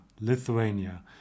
Lithuania